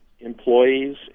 employees